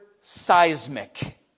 seismic